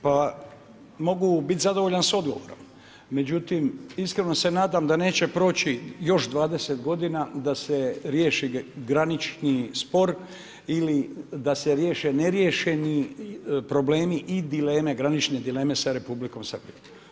Pa mogu bit zadovoljan sa odgovorom međutim, iskreno se nadam da neće proći još 20 godina da se riješi granični spor ili da se riješe neriješeni problemi i granične dileme sa Republikom Srbijom.